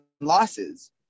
losses